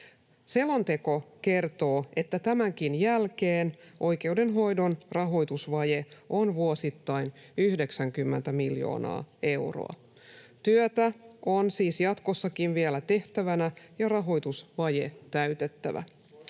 Selonteko kertoo, että tämänkin jälkeen oikeudenhoidon rahoitusvaje on vuosittain 90 miljoonaa euroa. Työtä on siis jatkossakin vielä tehtävänä ja rahoitusvaje täytettävänä.